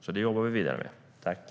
Vi jobbar vidare med detta.